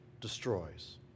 destroys